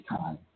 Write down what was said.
time